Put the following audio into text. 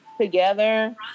together